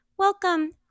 Welcome